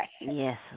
Yes